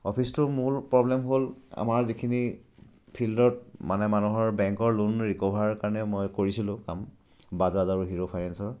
অফিচটোৰ মূল প্ৰব্লেম হ'ল আমাৰ যিখিনি ফিল্ডত মানে মানুহৰ বেংকৰ লোন ৰিক'ভাৰ কাৰণে মই কৰিছিলোঁ কাম বাজাজ আৰু হিৰো ফাইনেঞ্চৰ